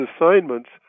assignments